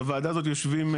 בוועדה הזאת יושבים,